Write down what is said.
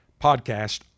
podcast